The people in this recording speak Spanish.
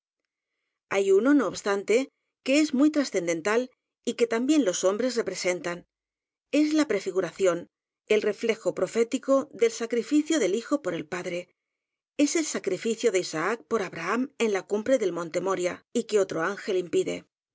hay uno no obstante que es muy transcenden tal y que también los hombres representan es la prefiguración el reflejo profético del sacrificio del hijo por el padre es el sacrificio de isaac por abraham en la cumbre del monte moría y que otro ángel impide